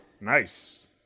nice